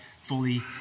fully